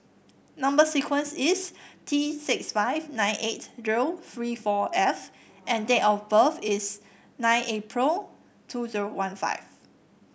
number sequence is T six five nine eight zero three four F and date of birth is nine April two zero one five